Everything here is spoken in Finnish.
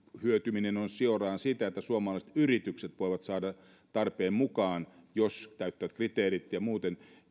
hyötyminen on suoraan sitä että suomalaiset yritykset voivat saada tarpeen mukaan täältä rahoitustukea jos täyttävät kriteerit ja muuten